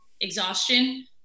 exhaustion